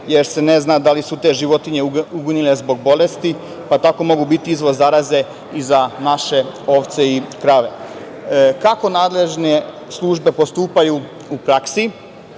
jer se ne zna da li su te životinje uginule zbog bolesti, pa tako mogu biti izvor zaraze i za naše ovce i krave. Kako nadležne službe postupaju u praksi?